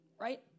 right